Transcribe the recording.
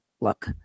look